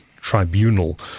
tribunal